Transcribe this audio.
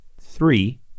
three